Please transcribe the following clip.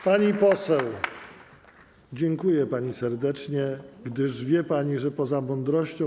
Pani poseł, dziękuję pani serdecznie, gdyż wie pani, że poza mądrością.